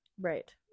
Right